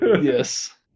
Yes